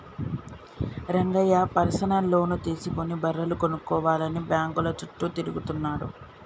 Rangayya personal loan తీసుకుని బర్రెలు కొనుక్కోవాలని బ్యాంకుల చుట్టూ తిరుగుతున్నాడు